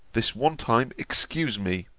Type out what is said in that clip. this one time excuse me